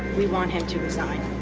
we want him to resign.